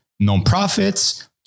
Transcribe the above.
nonprofits